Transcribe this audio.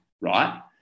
right